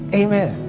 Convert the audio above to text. amen